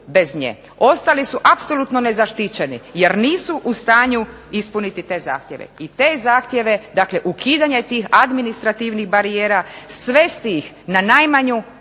bez nje. Ostali su apsolutno nezaštićeni jer nisu u stanju ispuniti te zahtjeve. I te zahtjeve, dakle ukidanje tih administrativnih barijera svesti ih na najmanju,